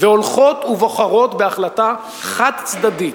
והולכות ובוחרות בהחלטה חד-צדדית,